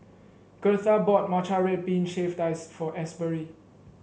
gertha bought Matcha Red Bean Shaved Ice for Asbury